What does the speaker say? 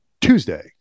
Tuesday